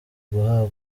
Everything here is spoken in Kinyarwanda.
guhabwa